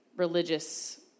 religious